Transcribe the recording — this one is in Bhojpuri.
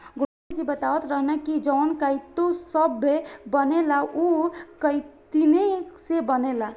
गुरु जी बतावत रहलन की जवन काइटो सभ बनेला उ काइतीने से बनेला